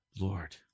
Lord